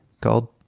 called